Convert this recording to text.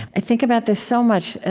i think about this so much.